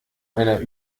einer